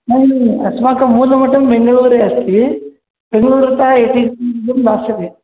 न अस्माकं मूलमठं बेङ्गलूरे अस्ति बेङ्गलूरुतः इदं दास्यते